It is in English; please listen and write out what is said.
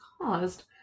caused